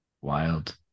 Wild